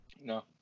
No